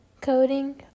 coding